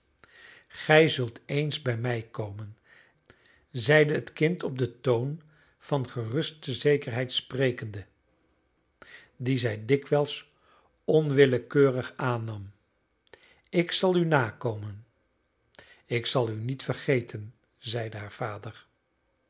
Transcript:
gij zult eens bij mij komen zeide het kind op den toon van geruste zekerheid sprekende dien zij dikwijls onwillekeurig aannam ik zal u nakomen ik zal u niet vergeten zeide haar vader